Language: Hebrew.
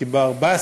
כי אם אני לא טועה,